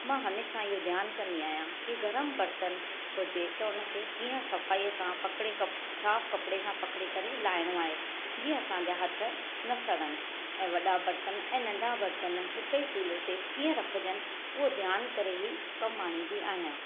मां हमेशह इहो ध्यानु कंदी आहियां की गर्म बर्तन हुजे त हुनखे कीअं सफ़ाई सां साफ़ कपिड़े सां पकिड़े करे लाइणो आहे जीअं असांजा हथ न सड़नि ऐं वॾा बर्तन ऐं नंढा बर्तन हिकु ई चूल्हे ते कीअं रखजनि उहो ध्यानु करे ई कमु आणिंदी आहियां